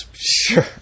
sure